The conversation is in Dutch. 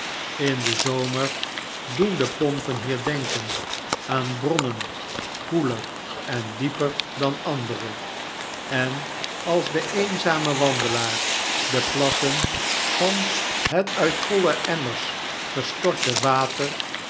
in den zomer doen de pompen hier denken aan bronnen koeler en dieper dan andere en als de eenzame wandelaar de plassen van het uit voile emmers gestorte water